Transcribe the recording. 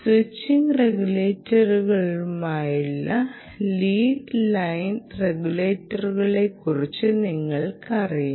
switching റെഗുലേറ്ററുകളുള്ള lead liner റെഗുലേറ്ററുകളെക്കുറിച്ച് നിങ്ങൾക്കറിയാം